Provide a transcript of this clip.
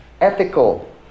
ethical